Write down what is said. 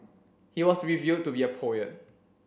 he was revealed to be a poet